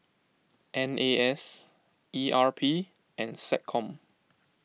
N A S E R P and SecCom